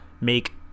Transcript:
make